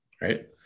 right